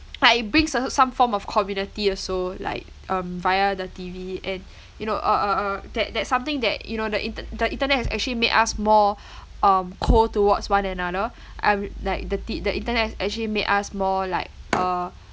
like it brings certain some form of community also like um via the T_V and you know uh uh uh that that's something that you know the inter~ the internet has actually made us more um cold towards one another um like the t~ like the internet has actually made us more like uh